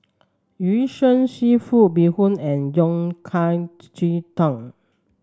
Yu Sheng seafood Bee Hoon and yong cai Ji Tang